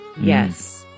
Yes